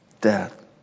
death